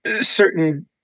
certain